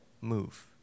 move